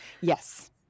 Yes